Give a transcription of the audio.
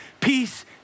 peace